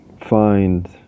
find